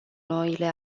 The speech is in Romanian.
noile